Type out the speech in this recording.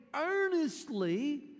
earnestly